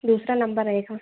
ये उसका नम्बर रहेगा